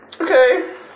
Okay